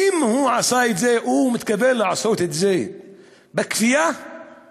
האם הוא מתכוון לעשות את זה בכפייה, או בשיתוף